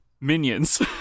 Minions